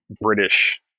British